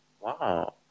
wow